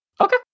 Okay